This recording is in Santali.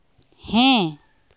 ᱦᱮᱸ